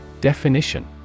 Definition